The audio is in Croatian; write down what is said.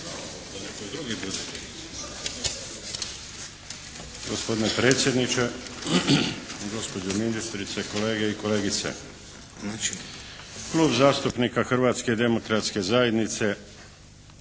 Gospodine predsjedniče, gospođo ministrice, kolege i kolegice. Klub zastupnika Hrvatske demokratske zajednice